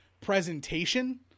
presentation